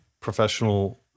professional